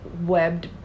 webbed